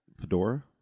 Fedora